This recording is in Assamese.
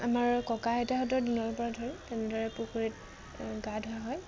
আমাৰ ককা আইতাহঁতৰ দিনৰ পৰা ধৰি তেনেদৰে পুখুৰীত গা ধোৱা হয়